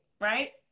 right